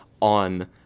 on